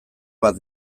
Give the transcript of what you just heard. bat